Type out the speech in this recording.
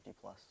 plus